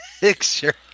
picture